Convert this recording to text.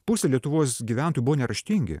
pusė lietuvos gyventojų buvo neraštingi